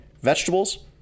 vegetables